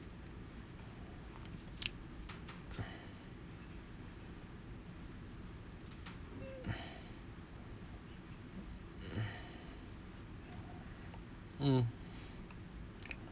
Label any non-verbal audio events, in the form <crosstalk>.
<breath> mm